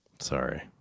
Sorry